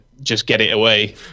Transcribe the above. just-get-it-away